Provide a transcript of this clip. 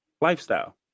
lifestyle